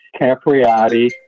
Capriati